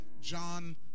john